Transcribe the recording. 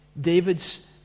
David's